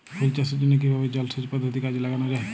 ফুল চাষের জন্য কিভাবে জলাসেচ পদ্ধতি কাজে লাগানো যাই?